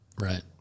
Right